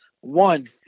one